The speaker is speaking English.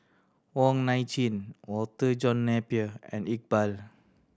Wong Nai Chin Walter John Napier and Iqbal